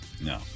No